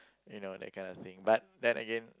you know that kind of thing but then again